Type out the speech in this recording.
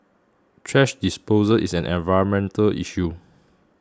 thrash disposal is an environmental issue